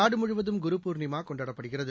நாடுமுழுவதும் குருபூர்ணிமா கொண்டாடப்படுகிறது